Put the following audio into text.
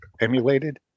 emulated